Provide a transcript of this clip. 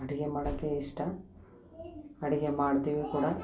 ಅಡುಗೆ ಮಾಡೋಕ್ಕೆ ಇಷ್ಟ ಅಡುಗೆ ಮಾಡ್ತೀವಿ ಕೂಡ